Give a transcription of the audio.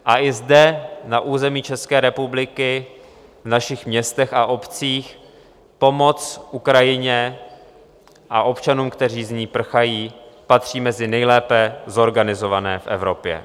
A i zde, na území České republiky, v našich městech a obcích, pomoc Ukrajině a občanům, kteří z ní prchají, patří mezi nejlépe zorganizované v Evropě.